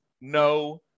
no